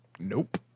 nope